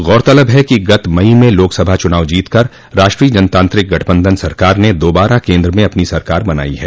गौरतलब है कि गत मई में लोकसभा चुनाव जीतकर राष्ट्रीय जनतांत्रिक गठबंधन सरकार ने दोबारा केन्द्र में अपनी सरकार बनाई है